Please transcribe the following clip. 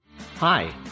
Hi